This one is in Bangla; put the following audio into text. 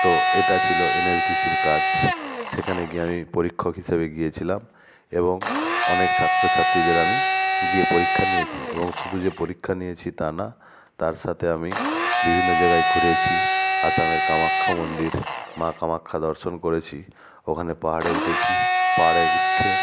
তো এটা ছিলো এনএসডিসির কাজ সেখানে গিয়ে আমি পরীক্ষক হিসেবে গিয়েছিলাম এবং অনেক ছাত্র ছাত্রীদের আমি গিয়ে পরীক্ষা নিয়েছি এবং শুধু যে পরীক্ষা নিয়েছি তা না তার সাথে আমি বিভিন্ন জায়গায় ঘুরেছি আসামের কামাখ্যা মন্দির মা কামাখ্যা দর্শন করেছি ওখানে পাহাড়ে উঠেছি পাহাড়ে উঠে